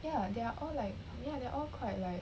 ya they are all like ya they're all quite like